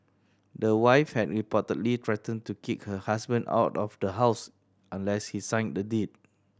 the wife had reportedly threatened to kick her husband out of the house unless he signed the deed